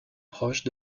proches